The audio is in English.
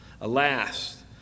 Alas